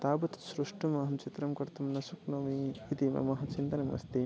तावत् सुष्ठु अहं चित्रं कर्तुं न शक्नोमि इति मम चिन्तनमस्ति